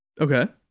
Okay